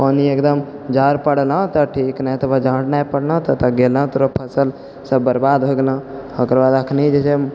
पानि एकदम जहाँ पटेलौ तऽ ठीक ने तऽ जहाँ नहि पड़लौ ततऽ गेलहुँ तोरा फसल सब बर्बाद हो गेलौ ओकर बाद अखनि जे छै